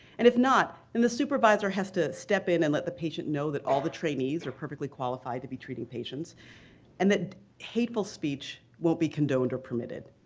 and if not, then the supervisor has to step in and let the patient know that all the trainees are perfectly qualified to be treating patients and that hateful speech won't be condoned or permitted.